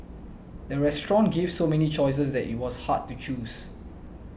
the restaurant gave so many choices that it was hard to choose